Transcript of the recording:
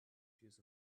abuse